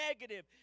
negative